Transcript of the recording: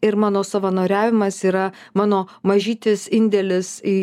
ir mano savanoriavimas yra mano mažytis indėlis į